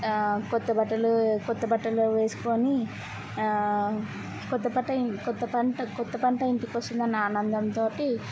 కొత్త బట్టలూ కొత్త బట్టలు వేసుకొని కొత్త పట్ట ఇ కొత్త పంట కొత్త పంట ఇంటికి వస్తుందన్న ఆనందంతోటి